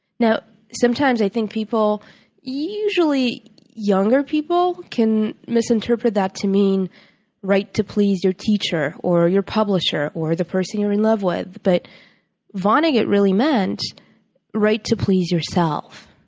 now, sometimes, i think people usually younger people can misinterpret that to mean write to please your teacher, or your publisher, or the person you're in love with but vonnegut really meant write to please yourself.